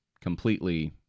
completely